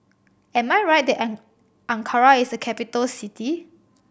am I right that Ankara is capital city